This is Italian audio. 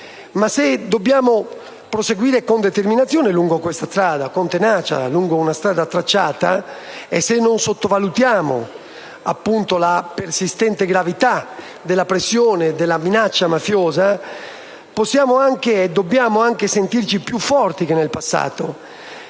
però, dobbiamo proseguire con determinazione e tenacia lungo una strada tracciata e se non sottovalutiamo la persistente gravità della pressione e della minaccia mafiosa, possiamo e dobbiamo anche sentirci più forti che nel passato,